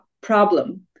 problem